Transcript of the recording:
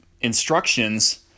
instructions